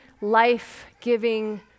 life-giving